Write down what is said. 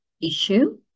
issue